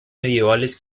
medievales